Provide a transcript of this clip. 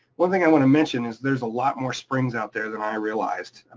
one thing i wanna mention is there's a lot more springs out there than i realized, and